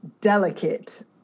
delicate